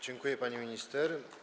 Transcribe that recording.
Dziękuję, pani minister.